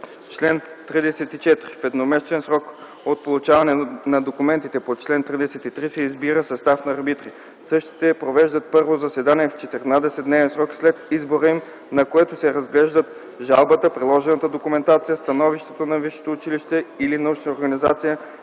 „Чл. 34. (1) В едномесечен срок от получаване на документите по чл. 33 се избира състав на арбитри. Същите провеждат първо заседание в 14-дневен срок след избора им, на което се разглеждат жалбата, приложната документация, становището на висшето училище или научната организация